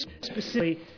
specifically